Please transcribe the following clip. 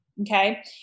okay